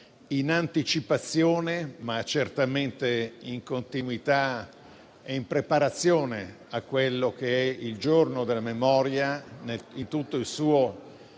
in anticipazione, ma certamente in continuità e in preparazione di quello che è il Giorno della Memoria in tutto il suo